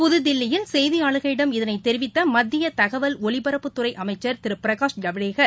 புத்தில்லியில் செய்தியாளர்களிடம் இதனைதெரிவித்தமத்தியதகவல் ஒலிபரப்புத்துறைஅமம்சர் திருபிரகாஷ் ஜவ்டேகர்